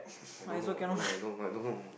I don't know I don't know I don't know I don't know